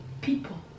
people